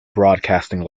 broadcasting